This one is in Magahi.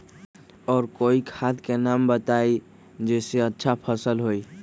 और कोइ खाद के नाम बताई जेसे अच्छा फसल होई?